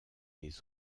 les